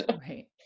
Right